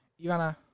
Ivana